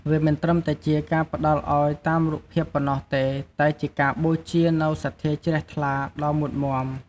វាមិនមែនត្រឹមតែជាការផ្ដល់ឱ្យតាមរូបភាពប៉ុណ្ណោះទេ តែជាការបូជានូវសទ្ធាជ្រះថ្លាដ៏មុតមាំ។